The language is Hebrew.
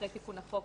אחרי תיקון החוק,